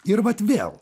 ir vat vėl